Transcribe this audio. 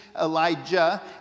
Elijah